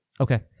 Okay